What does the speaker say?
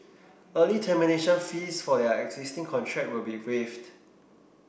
early termination fees for their existing contract will be waived